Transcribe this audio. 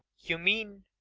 you mean?